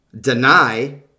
deny